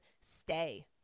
stay